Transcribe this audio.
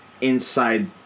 inside